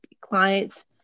clients